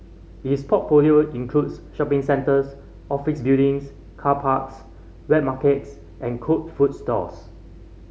its portfolio includes shopping centres office buildings car parks wet markets and cooked food stalls